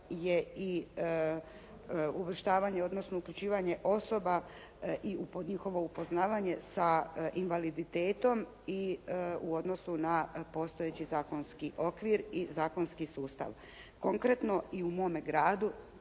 je i uvrštavanje, odnosno uključivanje osoba i njihovo upoznavanje sa invaliditetom i u odnosu na postojeći zakonski okvir i zakonski sustav. Konkretno i u mome gradu,